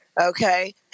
okay